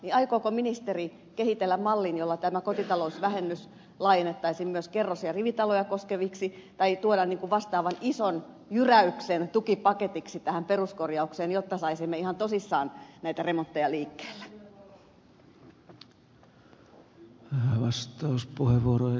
aikooko ministeri kehitellä mallin jolla tämä kotitalousvähennys laajennettaisiin myös kerros ja rivitaloja koskevaksi tai tuoda vastaavan ison jyräyksen tukipaketiksi peruskorjaukseen jotta saisimme ihan tosissaan näitä remontteja liikkeelle